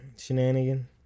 shenanigan